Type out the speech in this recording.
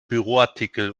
büroartikel